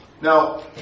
Now